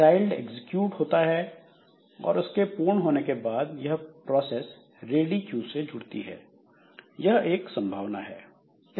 child execute होता है और इसके पूर्ण होने के बाद यह प्रोसेस रेडी क्यू से जुड़ती है यह एक संभावना है